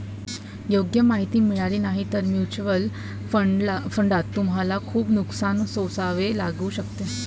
योग्य माहिती मिळाली नाही तर म्युच्युअल फंडात तुम्हाला खूप नुकसान सोसावे लागू शकते